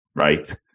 Right